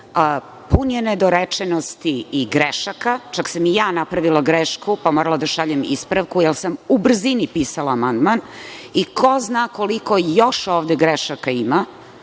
pun je nedorečenosti i grešaka, čak sam i ja napravila grešku, pa sam morala da šaljem ispravku, jer sam u brzini pisala amandman. Ko zna koliko još ovde grešaka ima